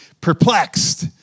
Perplexed